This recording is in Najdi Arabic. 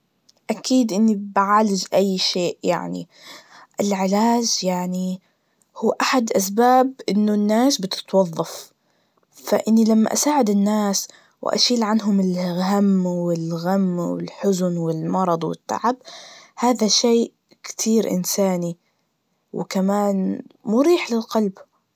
أكيد إني بعالج أي شيء يعني, العلاج يعني هو أحد أسباب إنه الناس بتتوظف, فإني لما أساعد الناس, وأشيل عنهم الهم والغم والحزن والمرض والتعب, هذ شي كتير إنساني, وكمان مريح للقلب.